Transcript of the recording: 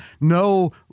No –